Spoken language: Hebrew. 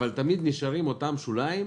תמיד נשארים אותם שוליים,